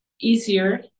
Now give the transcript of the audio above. easier